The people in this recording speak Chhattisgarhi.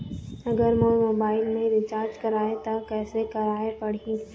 अगर मोर मोबाइल मे रिचार्ज कराए त कैसे कराए पड़ही?